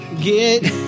get